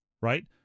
right